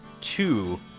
two